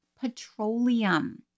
Petroleum